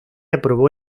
aprobó